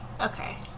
Okay